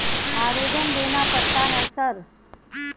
आवेदन देना पड़ता है सर?